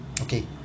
Okay